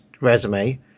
resume